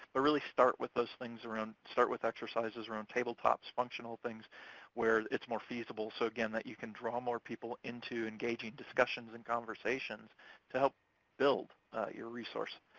but really start with those things. start with exercises around tabletops, functional things where it's more feasible, so, again, that you can draw more people into engaging discussions and conversations to help build your resource.